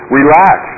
Relax